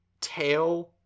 tail